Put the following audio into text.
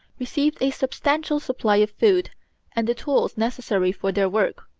received a substantial supply of food and the tools necessary for their work.